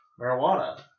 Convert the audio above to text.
marijuana